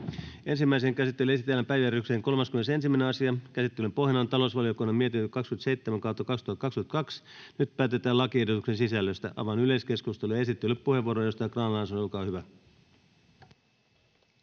Ensimmäiseen käsittelyyn esitellään päiväjärjestyksen 31. asia. Käsittelyn pohjana on talousvaliokunnan mietintö TaVM 27/2022 vp. Nyt päätetään lakiehdotuksen sisällöstä. — Avaan yleiskeskustelun. Esittelypuheenvuoro, edustaja Grahn-Laasonen, olkaa hyvä.